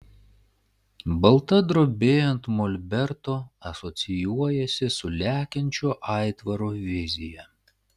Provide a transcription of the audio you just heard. balta drobė ant molberto asocijuojasi su lekiančio aitvaro vizija